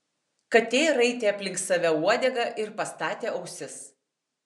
katė raitė aplink save uodegą ir pastatė ausis